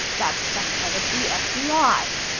that's the head of the fbi,